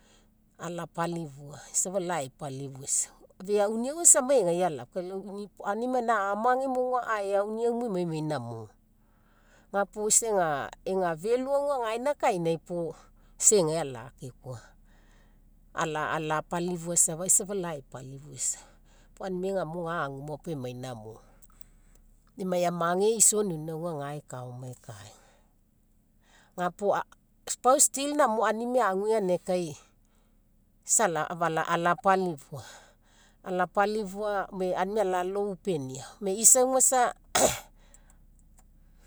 Alapalifua isa safa lau aepalifuisau,. Feauniau samagai, kai lau aunimai gaina amage mo auga aeauniau mo emaiemai namo gapuo isa ega felo auga kainai puo isa egai alakekua ala alapalifua isa lau aepalifuisau puo aunimai ga agu oma pau emai namo, emai amage isonioni ga eka oma ekai ga puo ga puo pau still namo aunimai agu ganinagai kai isa alapalifua, alapalifua gome aunimai alalou penia gome isa auga sa